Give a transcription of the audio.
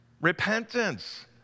Repentance